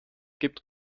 gibt